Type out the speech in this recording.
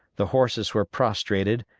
the horses were prostrated,